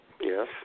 Yes